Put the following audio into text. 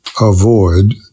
avoid